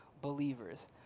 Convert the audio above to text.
believers